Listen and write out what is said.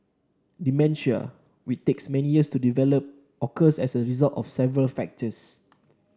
dementia which takes many years to develop occurs as a result of several factors